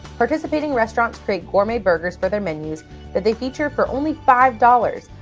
participating restaurants create gourmet burgers for their menus that they feature for only five dollars!